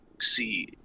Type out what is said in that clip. see